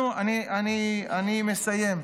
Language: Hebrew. אני מסיים.